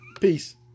Peace